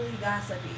gossipy